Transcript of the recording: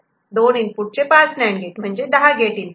दोन इनपुटचे पाच नांड गेट म्हणजे 10 गेट इनपुट